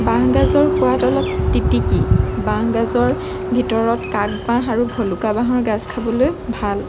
বাঁহগাজৰ সোৱাদ অলপ তিতিকি বাঁহগাজৰ ভিতৰত কাক বাঁহ আৰু ভুলুকা বাঁহৰ গাজ খাবলৈ ভাল